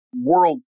world